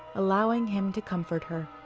allowing him to comfort her.